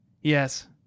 yes